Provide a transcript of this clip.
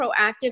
proactive